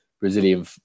Brazilian